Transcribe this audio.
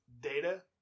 data